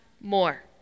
more